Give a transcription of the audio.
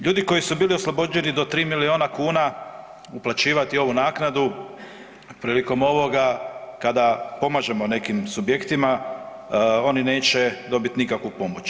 Ljudi koji su bili oslobođeni do 3 milijuna kuna uplaćivati ovu naknadu prilikom ovoga kada pomažemo nekim subjektima, oni neće dobiti nikakvu pomoć.